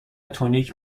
تونیک